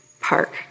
park